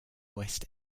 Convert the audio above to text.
west